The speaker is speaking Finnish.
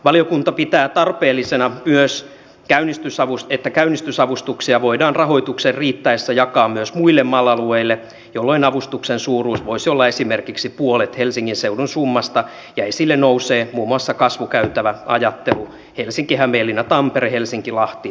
valiokunta pitää tarpeellisena myös että käynnistysavustuksia voidaan rahoituksen riittäessä jakaa myös muille mal alueille jolloin avustuksen suuruus voisi olla esimerkiksi puolet helsingin seudun summasta ja esille nousee muun muassa kasvukäytäväajattelu helsinkihämeenlinnatampere helsinkilahti ja muut